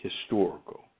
historical